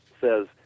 says